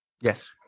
Yes